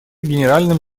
генеральным